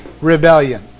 rebellion